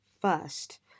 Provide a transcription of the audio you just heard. first